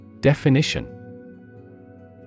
Definition